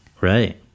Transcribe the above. Right